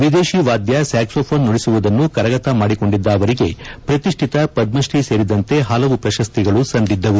ವಿದೇಶಿ ವಾದ್ಯ ಸ್ವಾಕ್ಲೋಘೋನ್ ನುಡಿಸುವುದನ್ನು ಕರಗತ ಮಾಡಿಕೊಂಡಿದ್ದ ಅವರಿಗೆ ಪ್ರತಿಷ್ಠಿತ ಪದ್ಮಶ್ರೀ ಸೇರಿದಂತೆ ಹಲವು ಪ್ರಶಸ್ತಿಗಳು ಸಂದಿದ್ದವು